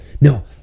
No